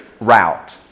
route